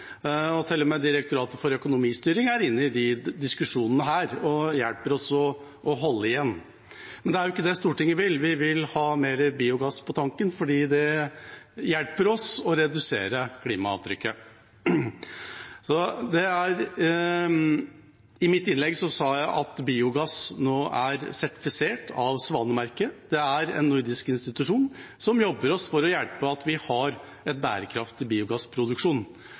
og med Direktoratet for økonomistyring er inne i disse diskusjonene og hjelper oss med å holde igjen. Men det er jo ikke det Stortinget vil; vi vil ha mer biogass på tanken fordi det hjelper oss med å redusere klimaavtrykket. I mitt innlegg sa jeg at biogass nå er sertifisert av Svanemerket. Det er en nordisk institusjon som jobber for å hjelpe oss med å ha en bærekraftig biogassproduksjon. Det er ikke alle biogassprodusenter som har fått f.eks. svanemerking, så vi har